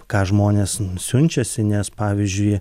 ką žmonės siunčiasi nes pavyzdžiui